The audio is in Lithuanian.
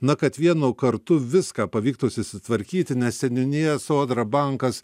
na kad vienu kartu viską pavyktų susitvarkyti nes seniūnija sodra bankas